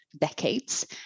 decades